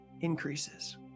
increases